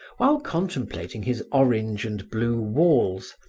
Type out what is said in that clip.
while contemplating his orange and blue walls,